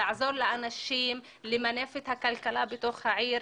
לעזור לאנשים למנף את הכלכלה בתוך העיר,